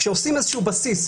כשעושים איזשהו בסיס,